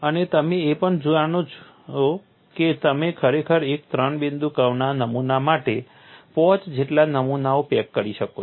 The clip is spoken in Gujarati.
અને તમે એ પણ જોઈ શકો છો કે તમે ખરેખર એક ત્રણ બિંદુ કર્વના નમૂના માટે પાંચ જેટલા નમૂનાઓ પેક કરી શકો છો